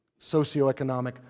socioeconomic